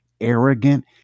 arrogant